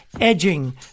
edging